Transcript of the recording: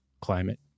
climate